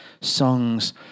songs